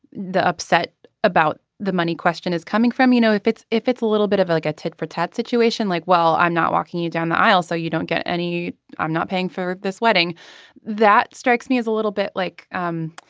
upset about the money question is coming from you know if it's if it's a little bit of like a tit for tat situation like well i'm not walking you down the aisle so you don't get any i'm not paying for this wedding that strikes me as a little bit like um